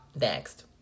Next